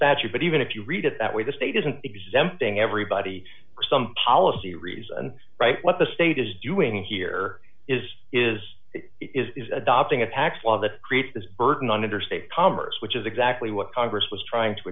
statute but even if you read it that way the state isn't exempting everybody some policy reason right what the state is doing here is is it is adopting a tax law that creates this burden on interstate commerce which is exactly what congress was trying to